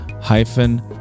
hyphen